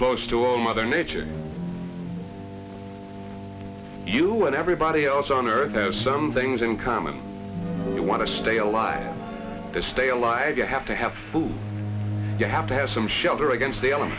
close to zero mother nature you and everybody else on earth has some things in common you want to stay alive to stay alive you have to have food you have to have some shelter against